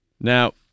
Now